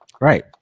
Right